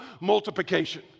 multiplication